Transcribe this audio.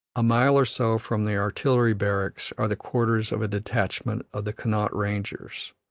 a mile or so from the artillery barracks are the quarters of a detachment of the connaught rangers.